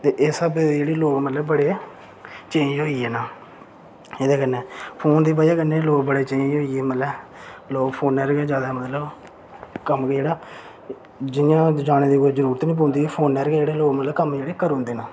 ते इस स्हावै दे लोक मतलब बड़े चेंज होई गे न एह्दे कन्नै फोन दी बजह कन्नै लोक मतलब बड़े चेंज़ होई गे ते लोक फोनै पर जादै मतलब कम्म जेह्ड़ा दूई जगह जाने दी जरूरत गै निं पौंदी फोनै पर गै कम्म जेह्ड़े होई जंदे न